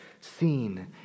seen